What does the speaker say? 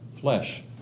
flesh